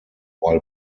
while